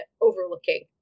overlooking